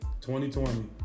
2020